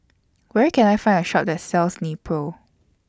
Where Can I Find A Shop that sells Nepro